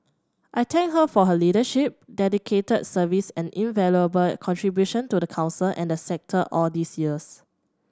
I thank her for her leadership dedicated service and invaluable contribution to the Council and the sector all these years